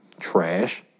trash